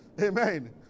Amen